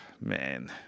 Man